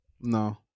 No